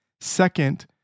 Second